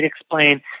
explain